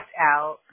out